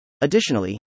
Additionally